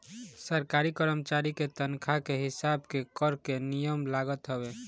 सरकारी करमचारी के तनखा के हिसाब के कर के नियम लागत हवे